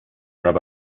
rabbi